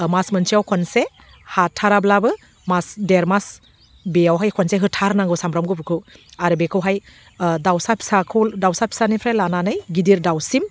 मास मोनसेयाव खनसे हाथाराब्लाबो मास देरमास बेयावहाय खनसे होथारनांगौ सामब्राम गुफुरखौ आरो बेखौहाय दाउसा फिसाखौ दाउसा फिसानिफ्राय लानानै गिदिर दाउसिम